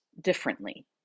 differently